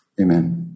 Amen